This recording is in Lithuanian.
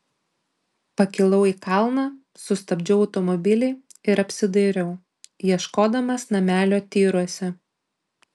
pakilau į kalną sustabdžiau automobilį ir apsidairiau ieškodamas namelio tyruose